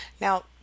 Now